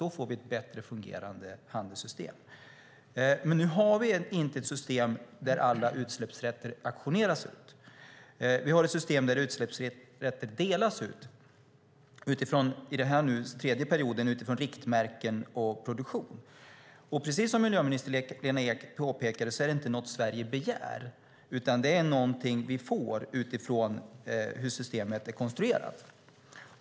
Då får vi ett bättre fungerande handelssystem. Men nu har vi inte ett system där alla utsläppsrätter auktioneras ut. Vi har ett system där utsläppsrätter delas ut utifrån, under den här tredje perioden, riktmärken och produktion. Precis som miljöminister Lena Ek påpekade är det inte något som Sverige begär, utan det är någonting vi får utifrån hur systemet är konstruerat.